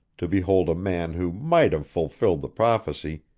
to behold a man who might have fulfilled the prophecy,